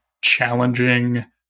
challenging